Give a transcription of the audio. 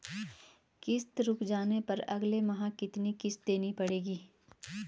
किश्त रुक जाने पर अगले माह कितनी किश्त देनी पड़ेगी?